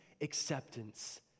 acceptance